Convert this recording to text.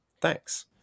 Thanks